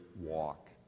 walk